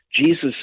Jesus